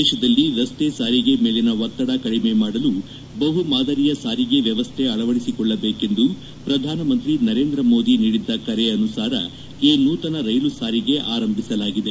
ದೇಶದಲ್ಲಿ ರಸ್ತೆ ಸಾರಿಗೆ ಮೇಲಿನ ಒತ್ತಡ ಕಡಿಮೆ ಮಾಡಲು ಬಹು ಮಾದರಿಯ ಸಾರಿಗೆ ವ್ಯವಸ್ವೆ ಅಳವಡಿಸಿಕೊಳ್ಳಬೇಕೆಂದು ಪ್ರಧಾನಮಂತ್ರಿ ನರೇಂದ್ರ ಮೋದಿ ನೀಡಿದ್ದ ಕರೆ ಅನುಸಾರ ಈ ನೂತನ ರೈಲು ಸಾರಿಗೆ ಅರಂಭಿಸಲಾಗಿದೆ